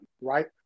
right